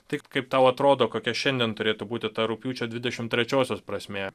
tik kaip tau atrodo kokia šiandien turėtų būti ta rugpjūčio dvidešimt trečiosios prasmė